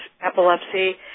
epilepsy